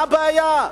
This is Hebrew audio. מה הבעיה?